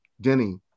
Denny